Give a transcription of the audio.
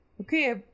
okay